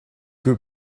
que